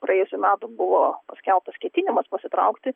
praėjusių metų buvo paskelbtas ketinimas pasitraukti